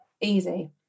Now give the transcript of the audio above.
easy